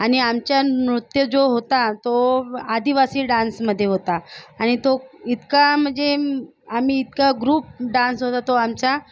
आणि आमच्या नृत्य जो होता तो आदिवासी डान्समध्ये होता आणि तो इतका म्हणजे आम्ही इतका ग्रुप डान्स होता तो आमचा